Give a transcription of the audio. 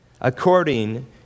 according